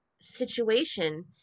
situation